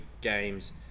games